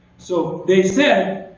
so they said,